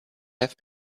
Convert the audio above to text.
have